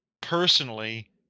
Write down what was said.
Personally